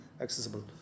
accessible